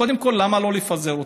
קודם כול, למה לא לפזר אותם?